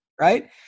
Right